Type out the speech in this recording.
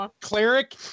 Cleric